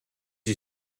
you